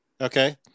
Okay